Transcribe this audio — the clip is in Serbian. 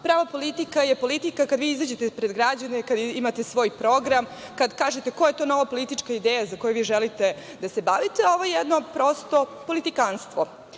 Prava politika je politika kada vi izađete pred građane, kada imate svoje program, kada kažete koja je to nova politička ideja kojom želite da se bavite, a ovo je jedno prosto politikanstvo. Takođe,